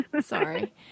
Sorry